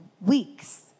weeks